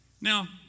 Now